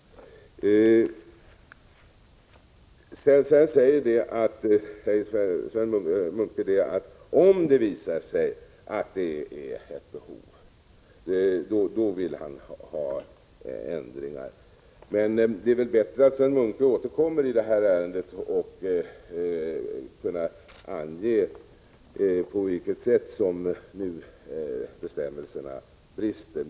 Sedan säger Sven Munke att om det visar sig att det föreligger ett behov, då vill han ha ändringar. Det är väl bättre att Sven Munke återkommer i detta ärende när han med belysande exempel kan ange på vilket sätt som bestämmelserna brister.